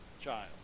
child